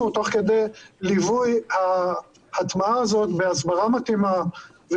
תוך כדי ליווי ההטמעה הזאת בהסברה מתאימה.